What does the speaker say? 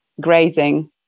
grazing